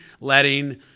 letting